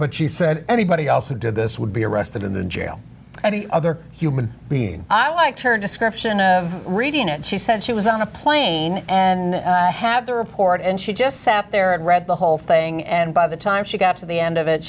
but she said anybody else who did this would be arrested in the jail any other human being i liked her description of reading it she said she was on a plane and i have the report and she just sat there and read the whole thing and by the time she got to the end of it